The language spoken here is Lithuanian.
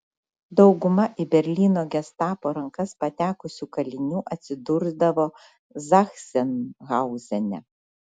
dauguma į berlyno gestapo rankas patekusių kalinių atsidurdavo zachsenhauzene